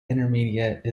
intermediate